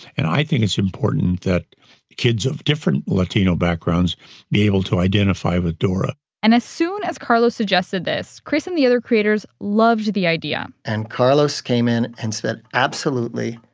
and i think it's important that kids of different latino backgrounds be able to identify with dora and as soon as carlos suggested this, chris and the other creators loved the idea and carlos came in and said, absolutely,